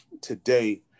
today